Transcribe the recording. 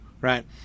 right